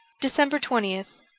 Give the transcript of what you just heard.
december twentieth